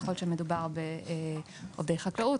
ככל שמדובר בעובדי חקלאות,